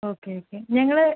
okay okay ഞങ്ങൾ